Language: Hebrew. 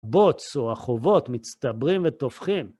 בוץ או החובות מצטברים ותופחים